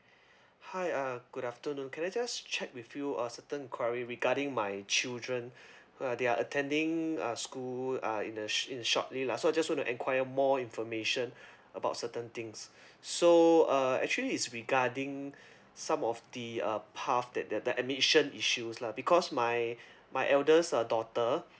hi uh good afternoon can I just check with you a certain enquiry regarding my children uh they are attending uh school uh in the sho~ in shortly lah so I just want to enquire more information about certain things so uh actually it's regarding some of the uh path that that the admission issues lah because my my eldest uh daughter